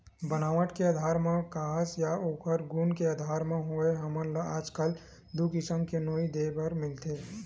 बनावट के आधार म काहस या ओखर गुन के आधार म होवय हमन ल आजकल दू किसम के नोई देखे बर मिलथे